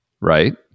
right